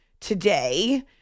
today